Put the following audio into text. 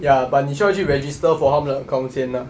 ya but 你需要去 register for 他们的 account 先 ah